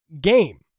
game